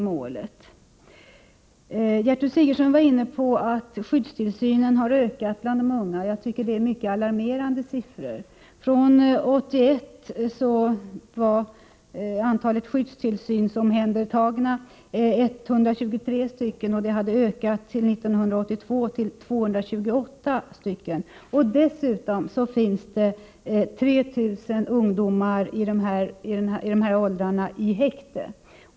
Gertrud Sigurdsen nämnde att skyddstillsynsfallen har ökat bland de unga. Det är fråga om mycket alarmerande siffror. År 1981 var antalet skyddstillsynsomhändertagna personer 123. År 1982 hade antalet ökat till 228 personer. Dessutom finns 3 000 ungdomar i de här åldrarna i häkte.